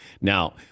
Now